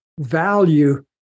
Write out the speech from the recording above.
value